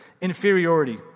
inferiority